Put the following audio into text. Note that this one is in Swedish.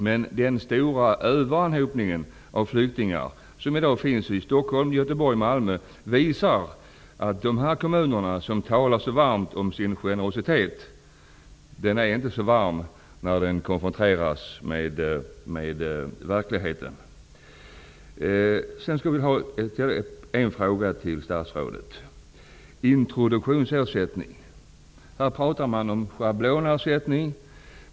Men den stora överanhopningen av flyktingar i Stockholm, Göteborg och Malmö visar att de kommuner som talar så varmt om sin generositet inte har en sådan varm generositet när de konfronteras med verkligheten. Sedan skulle jag vilja ställa ytterligare en fråga till statsrådet, nämligen om introduktionsersättningen. Här pratar man om schablonersättning.